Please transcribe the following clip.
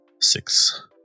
six